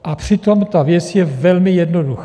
A přitom ta věc je velmi jednoduchá.